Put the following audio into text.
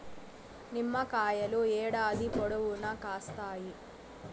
నిమ్మకాయలు ఏడాది పొడవునా కాస్తాయి